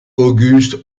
auguste